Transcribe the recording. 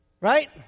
Right